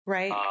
Right